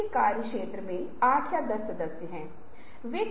हो सकता है कि आपको इसके लिए कुछ इनाम मिले